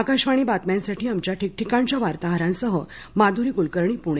आकाशवाणी बातम्यांसाठी आमच्या ठीकठिकाणच्या वार्ताहरांसह माध्री कुलकर्णी पुणे